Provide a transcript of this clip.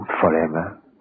forever